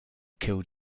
killed